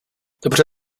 dobře